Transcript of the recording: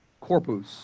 corpus